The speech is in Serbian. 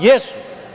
Jesu.